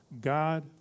God